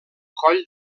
coll